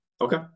okay